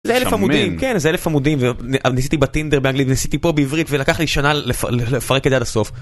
אלף עמודים כן אלף עמודים וניסיתי בטינדר באנגלית ניסיתי פה בעברית ולקח לי שנה לפרק את זה עד הסוף.